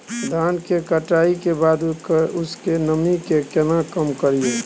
धान की कटाई के बाद उसके नमी के केना कम करियै?